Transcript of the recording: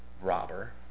robber